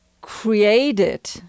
created